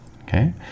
Okay